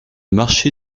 marché